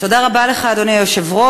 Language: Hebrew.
תודה רבה לך, אדוני היושב-ראש.